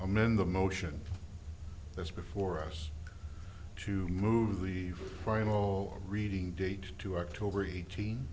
amend the motion that's before us to move the final reading date to october eighteen